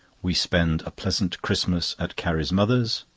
we spend a pleasant christmas at carrie's mother's.